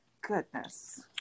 goodness